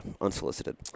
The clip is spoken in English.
unsolicited